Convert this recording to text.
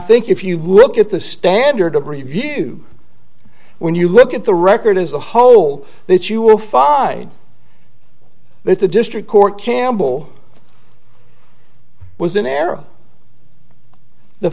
think if you look at the standard of review when you look at the record as a whole that you will find that the district court campbell was in error the